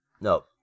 No